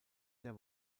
der